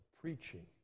preaching